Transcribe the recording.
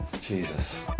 Jesus